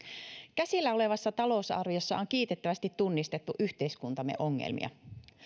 käsillä olevassa talousarviossa on kiitettävästi tunnistettu yhteiskuntamme ongelmia